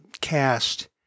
cast